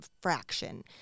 fraction